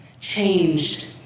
changed